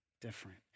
different